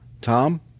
Tom